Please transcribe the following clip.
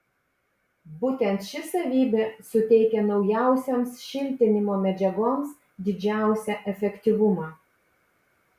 būtent ši savybė suteikia naujausioms šiltinimo medžiagoms didžiausią efektyvumą